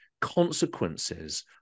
consequences